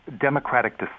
democratic